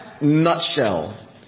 nutshell